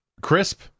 crisp